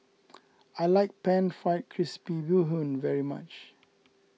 I like Pan Fried Crispy Bee Hoon very much